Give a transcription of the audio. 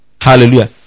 Hallelujah